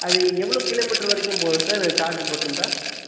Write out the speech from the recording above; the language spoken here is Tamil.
அது எவ்வளோ கிலோ மீட்டர் வரைக்கும் போகும் சார் அது சார்ஜு போட்டிருந்தா